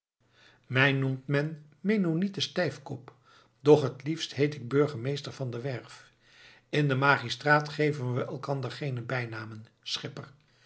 mij noemt men mennonieten stijfkop doch het liefst heet ik burgemeester van der werff in den magistraat geven we elkander geene bijnamen schipper